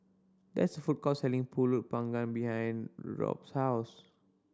there is a food court selling Pulut Panggang behind Robt's house